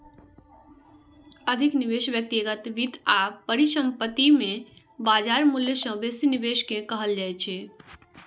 अधिक निवेश व्यक्तिगत वित्त आ परिसंपत्ति मे बाजार मूल्य सं बेसी निवेश कें कहल जाइ छै